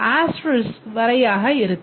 ஆக இருக்கும்